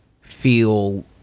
feel